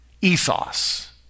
ethos